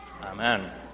Amen